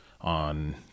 on